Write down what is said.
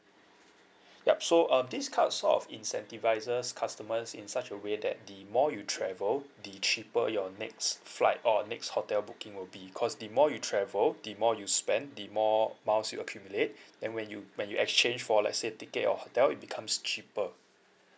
yup so um this card sort of incentivizes customers in such a way that the more you travel the cheaper your next flight or next hotel booking will be cause the more you travel the more you spend the more miles you accumulate then when you when you exchange for let's say ticket or hotel it becomes cheaper